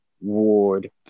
Ward